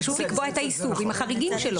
פשוט לקבוע את האיסור עם החריגים שלו.